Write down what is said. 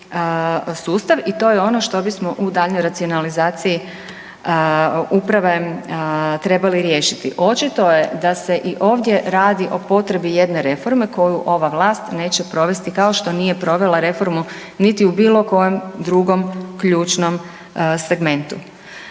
i to je ono što bismo u daljnjoj racionalizaciji uprave trebali riješiti. Očito je da se i ovdje radi o potrebi jedne reforme koju ova vlast neće provesti kao što nije provela reforma niti u bilo kojem drugom ključnom segmentu.